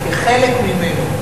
כחלק ממנו.